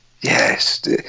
Yes